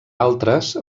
altres